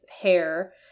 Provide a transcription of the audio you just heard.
hair